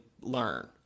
learn